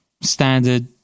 Standard